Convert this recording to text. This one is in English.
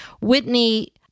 Whitney